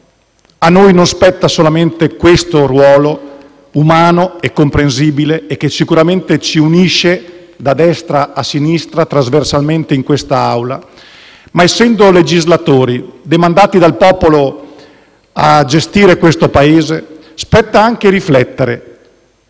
però, non spetta solamente questo ruolo, umano e comprensibile, che sicuramente ci unisce da destra a sinistra, trasversalmente, in quest'Aula. Essendo, legislatori, demandati dal popolo a gestire il Paese, a noi spetta anche riflettere